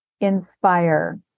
inspire